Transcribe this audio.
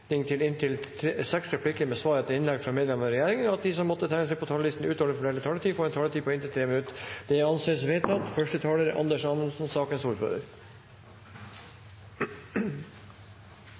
anledning til inntil seks replikker med svar etter innlegg fra medlemmer av fra regjeringen, og at de som måtte tegne seg på talerlisten utover den fordelte taletid, får en taletid på inntil 3 minutter. – Det anses vedtatt. Det er